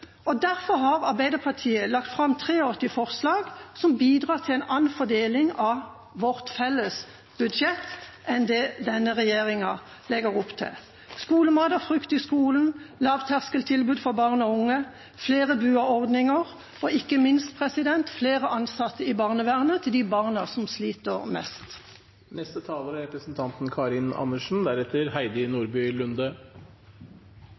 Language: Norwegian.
omfordele. Derfor har Arbeiderpartiet lagt fram 83 forslag som bidrar til en annen fordeling av vårt felles budsjett enn det denne regjeringa legger opp til: skolemat og frukt i skolen, lavterskeltilbud for barn og unge, flere BUA-ordninger og ikke minst flere ansatte i barnevernet til de barna som sliter mest.